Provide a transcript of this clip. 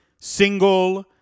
single